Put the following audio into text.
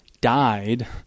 died